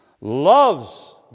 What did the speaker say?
loves